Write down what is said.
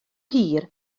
hir